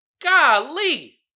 Golly